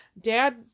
dad